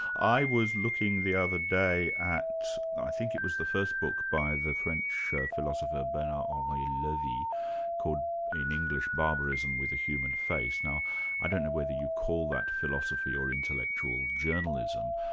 i was looking the other day at, i think it was the first book by the french philosopher but um bernard-henri levy called in english barbarism with a human face. now i don't know whether you'd call that philosophy or intellectual journalism,